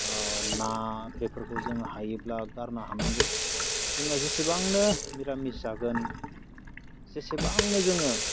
ना बेफोरखौ जोङो हायोब्ला गारनो हानांगौ जोङो जेसेबांनो निरामिस जागोन जेसेबांनो जोङो